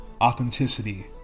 Authenticity